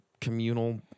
communal